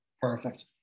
Perfect